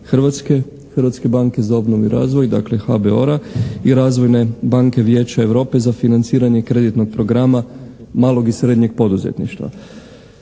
Hrvatske banke za obnovu i razvoj, dakle HBOR-a i Razvojne banke Vijeća Europe za financiranje kreditnog programa malog i srednjeg poduzetništva.